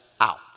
out